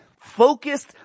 focused